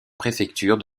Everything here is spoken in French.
préfecture